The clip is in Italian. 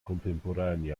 contemporanei